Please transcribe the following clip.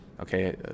Okay